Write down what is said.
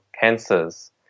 cancers